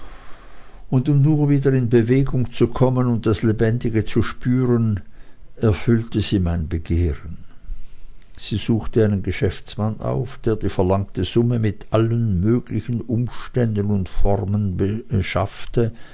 und um nur wieder in bewegung zu kommen und das lebendige zu spüren erfüllte sie mein begehren sie suchte einen geschäftsmann auf der die verlangte summe mit allen möglichen umständen und formen beschaffte